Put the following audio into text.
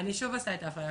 אני שוב עושה את ההפרדה.